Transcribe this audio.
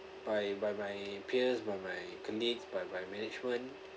by by my peers by my colleagues by by management